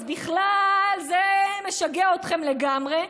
אז בכלל זה משגע אתכם לגמרי,